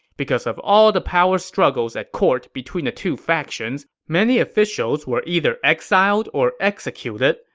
because of all the power struggle at court between the two factions, many officials were either exiled or executed,